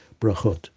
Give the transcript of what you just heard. brachot